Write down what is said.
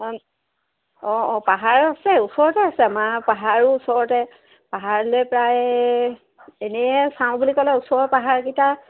অঁ অঁ অঁ পাহাৰ আছে ওচৰতে আছে আমাৰ পাহাৰো ওচৰতে পাহাৰলৈ প্ৰায় এনেই চাওঁ বুলি ক'লে ওচৰৰ পাহাৰকেইটা